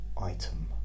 item